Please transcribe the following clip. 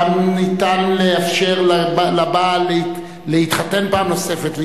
שם ניתן לאפשר לבעל להתחתן פעם נוספת,